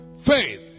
Faith